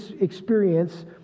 experience